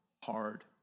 hard